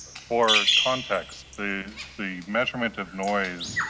for context, the the measurement of noise